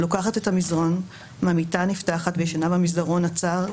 לוקחת את המזרן מהמיטה הנפתחת וישנה במסדרון הצר,